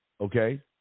okay